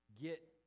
get